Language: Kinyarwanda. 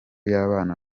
y’abana